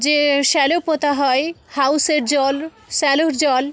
যে শ্যালো পোঁতা হয় হাউসের জল শ্যালোর জল